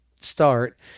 start